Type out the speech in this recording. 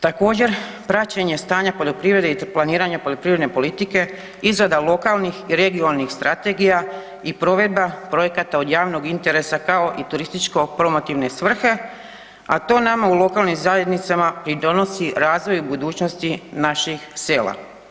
Također, praćenje stanja poljoprivrede i planiranja poljoprivredne politike, izrada lokalnih i regionalnih strategija i provedba projekata od javnog interesa kao i turističko promotivne svrhe, a to nama u lokalnim zajednicama i donosi razvoj u budućnosti naših sela.